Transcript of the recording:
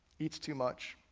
eats too much,